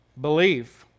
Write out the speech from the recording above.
belief